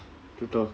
to talk